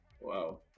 Wow